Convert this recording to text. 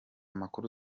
makuru